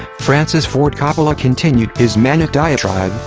francis ford coppola continued his manic diatribe,